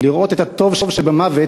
לראות את הניצחון במוות